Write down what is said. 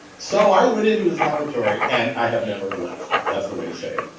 so i went into his laboratory and i have never left, that's the way to say it,